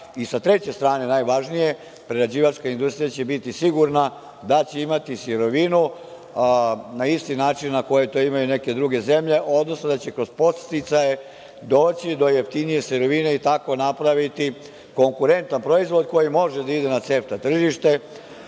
treće strane, najvažnije, prerađivačka industrija će biti sigurna da će imati sirovinu na isti način na koji to imaju neke druge zemlje, odnosno da će kroz podsticaje doći do jeftinije sirovine i tako napraviti konkurentan proizvod koji može da ide na CEFTA tržište.